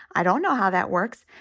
i don't know how that works,